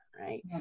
right